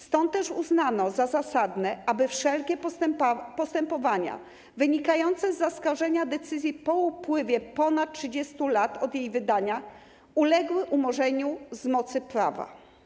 Stąd też uznano za zasadne, aby wszelkie postępowania wynikające z zaskarżenia decyzji po upływie ponad 30 lat od jej wydania uległy umorzeniu z mocy prawa.